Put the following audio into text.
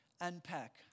unpack